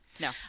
No